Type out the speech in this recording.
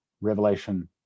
Revelation